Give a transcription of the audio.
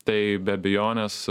tai be abejonės